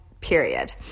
period